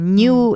new